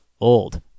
old